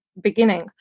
beginning